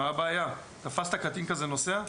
תפסת קטין כזה נוסע?